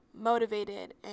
motivated